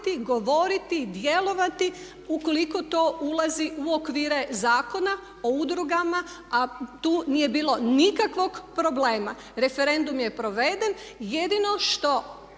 govoriti, djelovati ukoliko to ulazi u okvire Zakona o udrugama a tu nije bilo nikakvog problema. Referendum je proveden. Jedino što